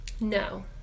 No